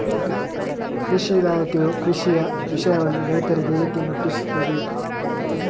ಕೃಷಿ ಇಲಾಖೆಯು ಕೃಷಿಯ ವಿಷಯವನ್ನು ರೈತರಿಗೆ ಹೇಗೆ ಮುಟ್ಟಿಸ್ತದೆ?